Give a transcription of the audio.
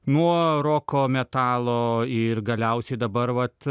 nuo roko metalo ir galiausiai dabar vat